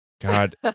God